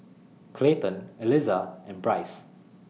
Clayton Eliza and Bryce